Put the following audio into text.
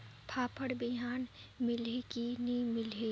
फाफण बिहान मिलही की नी मिलही?